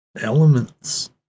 Elements